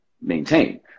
Maintain